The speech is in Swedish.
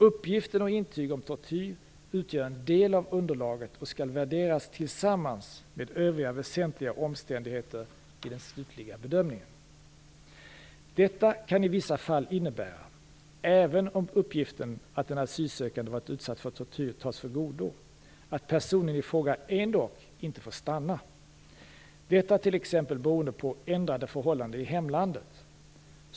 Uppgiften och intyg om tortyr utgör en del av underlaget och skall värderas tillsammans med övriga väsentliga omständigheter vid den slutliga bedömningen. Detta kan i vissa fall innebära, även om uppgiften att den asylsökande varit utsatt för tortyr godtas, att personen i fråga ändock inte får stanna. Detta beror t.ex. på ändrade förhållanden i hemlandet.